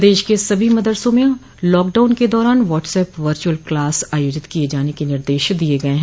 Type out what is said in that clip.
प्रदेश के सभी मदरसों में लॉकडाउन के दौरान व्हॉटसऐप वर्चुअल क्लास आयोजित किये जाने के निर्देश दिये गये हैं